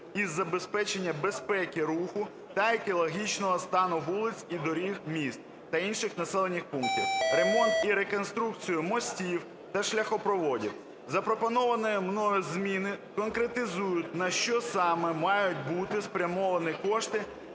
із забезпечення безпеки руху та екологічного стану вулиць і доріг міст та інших населених пунктів, ремонт і реконструкцію мостів та шляхопроводів. Запропоновані мною зміни конкретизують, на що саме мають бути спрямовані кошти